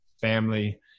family